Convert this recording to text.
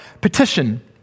petition